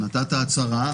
אתה נתת הצהרה.